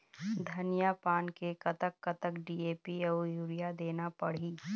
धनिया पान मे कतक कतक डी.ए.पी अऊ यूरिया देना पड़ही?